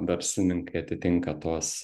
verslininkai atitinka tuos